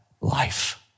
life